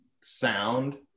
sound